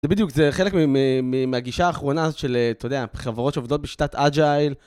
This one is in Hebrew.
זה בדיוק זה חלק מהגישה האחרונה של אתה יודע, חברות שעובדות בשיטת אג'ייל.